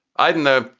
i don't know.